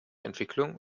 entwicklung